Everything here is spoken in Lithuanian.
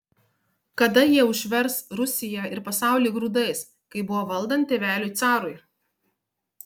kada jie užvers rusiją ir pasaulį grūdais kaip buvo valdant tėveliui carui